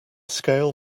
scale